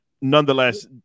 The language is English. nonetheless